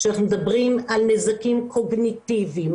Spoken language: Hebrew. אנחנו מדברים על נזקים קוגניטיביים,